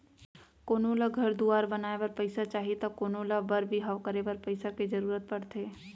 कोनो ल घर दुवार बनाए बर पइसा चाही त कोनों ल बर बिहाव करे बर पइसा के जरूरत परथे